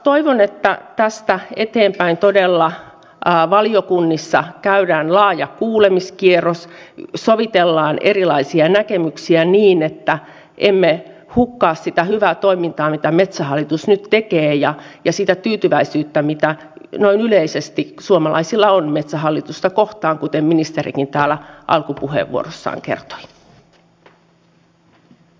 toivon että tästä eteenpäin todella valiokunnissa käydään laaja kuulemiskierros sovitellaan erilaisia näkemyksiä niin että emme hukkaa sitä hyvää toimintaa mitä metsähallitus nyt tekee ja sitä tyytyväisyyttä mitä noin yleisesti suomalaisilla on metsähallitusta kohtaan kuten ministerikin täällä alkupuheenvuorossaan kertoi